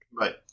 Right